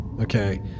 Okay